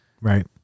Right